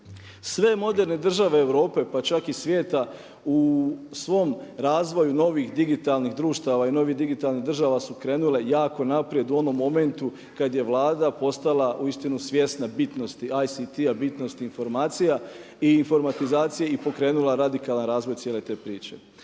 Sve moderne države Europe pa čak i svijeta u svom razvoju novih digitalnih društava i novih digitalnih država su krenule jako naprijed u onom momentu kad je Vlada postala uistinu svjesna bitnosti ICT-a, bitnosti informacija i informatizacije i pokrenula radikalan razvoj cijele te priče.